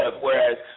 whereas